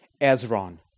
Ezron